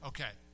Okay